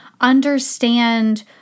understand